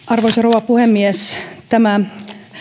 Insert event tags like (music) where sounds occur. (unintelligible) arvoisa rouva puhemies tämä